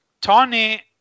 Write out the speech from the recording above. Tony